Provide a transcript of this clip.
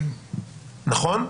נכון?